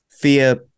fear